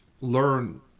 learn